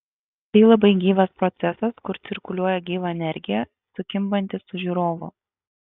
tai labai gyvas procesas kur cirkuliuoja gyva energija sukimbanti su žiūrovu